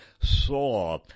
saw